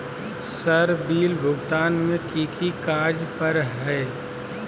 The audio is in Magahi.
सर बिल भुगतान में की की कार्य पर हहै?